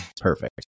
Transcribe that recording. perfect